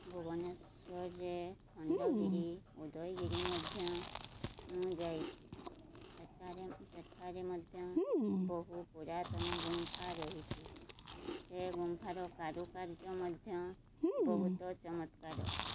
ଭୁବନେଶ୍ୱରରେ ଖଣ୍ଡଗିରି ଉଦୟଗିରି ମଧ୍ୟ ମୁଁ ଯାଇଛି ସେଠାରେ ସେଠାରେ ମଧ୍ୟ ବହୁ ପୁରାତନ ଗୁମ୍ଫା ରହିଛି ସେ ଗୁମ୍ଫାର କାରୁକାର୍ଯ୍ୟ ମଧ୍ୟ ବହୁତ ଚମତ୍କାର